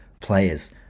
players